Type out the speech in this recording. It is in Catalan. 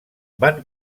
van